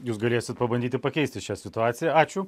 jūs galėsit pabandyti pakeisti šią situaciją ačiū